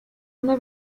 una